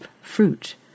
fruit